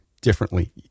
differently